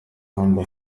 muhanda